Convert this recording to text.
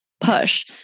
push